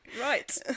Right